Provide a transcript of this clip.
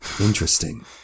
Interesting